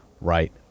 Right